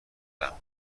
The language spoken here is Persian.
دهم